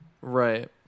Right